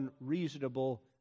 unreasonable